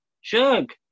Shug